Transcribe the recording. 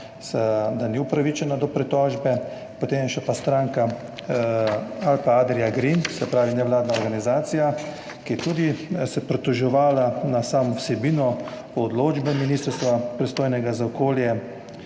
da ni upravičena do pritožbe. Potem je pa še stranka Alpe Adria Green, se pravi nevladna organizacija, ki se je tudi pritoževala na samo vsebino odločbe ministrstva, pristojnega za okolje,